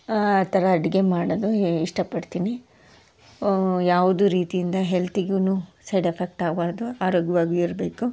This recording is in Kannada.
ಆ ಥರ ಅಡುಗೆ ಮಾಡೋದು ಇಷ್ಟಪಡ್ತೀನಿ ಯಾವುದು ರೀತಿಯಿಂದ ಹೆಲ್ತಿಗು ಸೈಡ್ ಎಫೆಕ್ಟ್ ಆಗಬಾರ್ದು ಆರೋಗ್ಯವಾಗಿಯೂ ಇರಬೇಕು